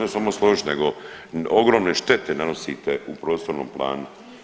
Ne samo složiti nego ogromne štete nanosite u prostornom planu.